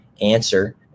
answer